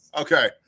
Okay